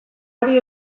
hori